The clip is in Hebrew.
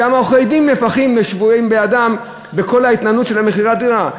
גם עורכי-הדין הופכים לשבויים בידם בכל ההתנהלות של מכירת הדירה.